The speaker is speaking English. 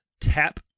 Tap